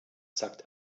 sagt